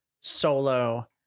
solo